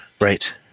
Right